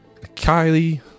Kylie